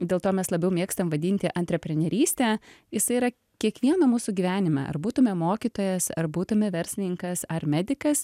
dėl to mes labiau mėgstam vadinti antreprenerystę jisai yra kiekvieno mūsų gyvenime ar būtumėme mokytojas ar būtumėme verslininkas ar medikas